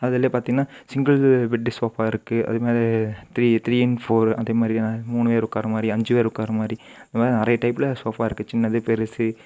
அதிலே பார்த்திங்னா single bed sofa இருக்குது அது மாதிரி த்ரீ த்ரீ இன் ஃபோர் அதே மாதிரியான மூணு பேர் உட்கார்ற மாதிரி அஞ்சு பேர் உட்கார்ற மாதிரி நல்லா நிறையா டைப்ல சோஃபா இருக்குது சின்னது பெருசு